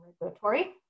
regulatory